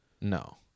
No